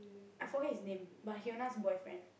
I forget his name but Hyuna's boyfriend